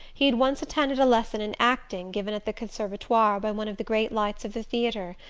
he had once attended a lesson in acting given at the conservatoire by one of the great lights of the theatre,